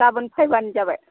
गाबोन फैबानो जाबाय